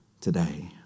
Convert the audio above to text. today